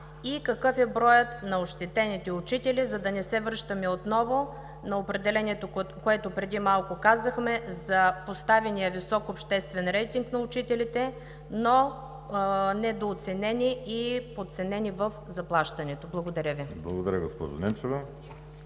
и какъв е броят на ощетените учители, за да не се връщаме отново на определението, което преди малко казахме за поставения висок обществен рейтинг на учителите, но недооценени и подценени в заплащането? Благодаря Ви. ПРЕДСЕДАТЕЛ ВАЛЕРИ